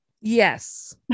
Yes